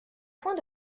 point